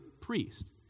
priest